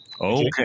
Okay